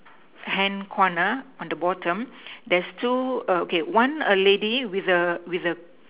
hand corner on the bottom there's two err okay one lady with a with a